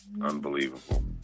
Unbelievable